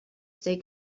stay